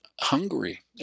Hungary